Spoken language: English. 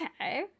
Okay